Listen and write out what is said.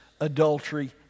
adultery